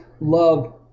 love